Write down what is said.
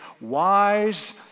wise